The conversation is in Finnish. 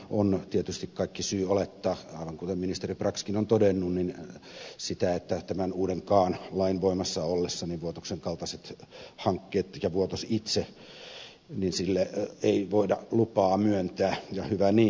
on tietysti kaikki syy olettaa aivan kuten ministeri braxkin on todennut että tämän uudenkaan lain voimassa ollessa vuotoksen kaltaisille hankkeille ja itse vuotokselle ei voida lupaa myöntää ja hyvä niin